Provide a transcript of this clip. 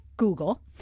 Google